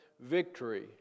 victory